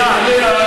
בחייאת.